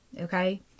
okay